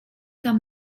tam